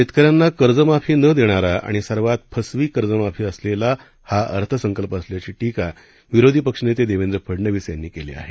शेतकऱ्यांना कर्जमाफी न देणारा आणि सर्वात फसवी कर्जमाफी असलेला हा अर्थसंकल्प असल्याची टीका विरोधी पक्षनेते देवेंद्र फडनवीस यांनी केली आहे